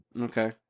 Okay